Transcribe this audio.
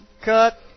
cut